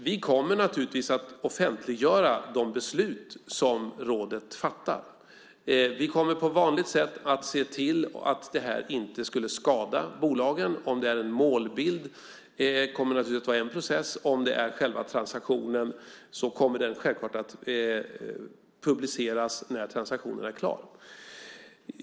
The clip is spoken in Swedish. Vi kommer naturligtvis att offentliggöra de beslut som rådet fattar. Vi kommer på vanligt sätt att se till att detta inte skadar bolagen. Om det är en målbild kommer det naturligtvis att vara en process. Om det är själva transaktionen kommer den självklart att publiceras när transaktionen är klar. Fru talman!